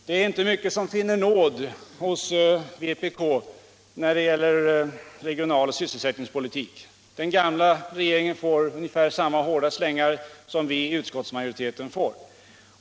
Det är inte mycket som finner nåd hos vpk när det gäller regional och sysselsättningspolitik. Den gamla regeringen får lika hårda slängar som vi i utskottsmajoriteten.